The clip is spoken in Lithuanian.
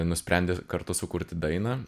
nusprendė kartu sukurti dainą